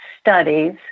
studies